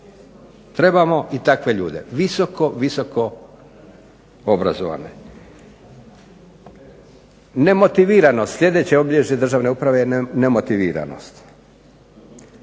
Trebamo i takve ljude. Visoko, visoko obrazovane. Nemotiviranost, sljedeće obilježje državne uprave je nemotiviranost.